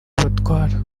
batwara